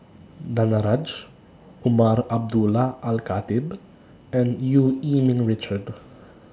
Danaraj Umar Abdullah Al Khatib and EU Yee Ming Richard